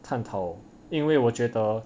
探讨因为我觉得